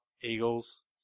eagles